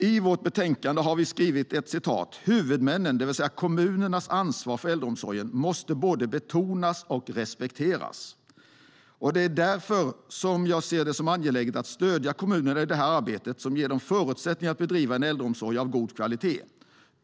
I vårt betänkande har vi skrivit att huvudmännens, det vill säga kommunernas, ansvar för äldreomsorgen måste både betonas och respekteras. Det är därför jag ser det som angeläget att stödja kommunerna i deras arbete och ge dem förutsättningar att bedriva en äldreomsorg av god kvalitet.